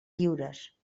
lliures